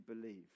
believe